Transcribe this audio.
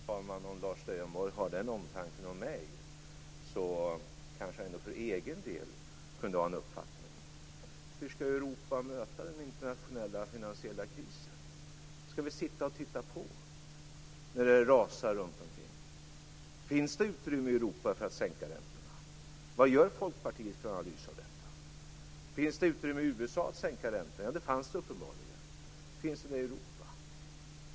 Fru talman! Om Lars Leijonborg har den omtanken om mig, kanske jag ändå för egen del kunde ha en uppfattning. Hur skall Europa möta den internationella finansiella krisen? Skall vi sitta och titta på när det rasar runt omkring? Finns det utrymme i Europa för att sänka räntorna? Vad gör Folkpartiet för analys av detta? Finns det utrymme i USA att sänka räntan? Ja, det fanns det uppenbarligen. Finns det utrymme i Europa?